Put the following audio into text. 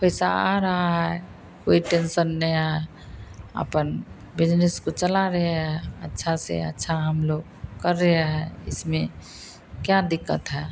पैसा आ रहा है कोई टेन्सन नहीं है अपन बिजनेस को चला रहे हैं अच्छा से अच्छा हम लोग कर रहे हैं इसमें क्या दिक़्क़त है